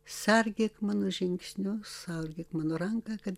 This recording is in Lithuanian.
sergėk mano žingsnius sergėk mano ranką kad